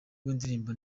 w’indirimbo